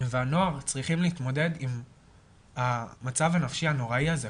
והנוער צריכים להתמודד עם המצב הנפשי הנוראי הזה,